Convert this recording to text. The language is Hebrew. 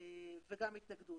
וגם התנגדות.